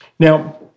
Now